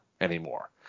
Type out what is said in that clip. anymore